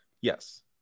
Yes